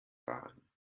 fahren